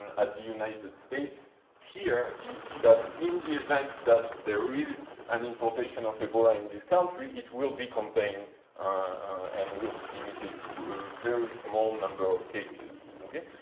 at the united states here, you see that in the event that there is an importation of ebola in this country, it will be contained and will be limited to a very small number of cases, okay?